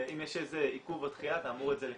אם יש איזה עיכוב או דחייה אתה אמור לקבל